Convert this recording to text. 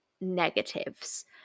negatives